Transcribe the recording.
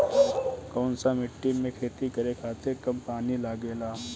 कौन सा मिट्टी में खेती करे खातिर कम पानी लागेला?